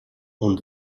und